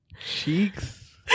Cheeks